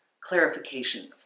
clarification